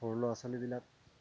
সৰু ল'ৰা ছোৱালীবিলাক